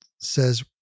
says